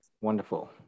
Wonderful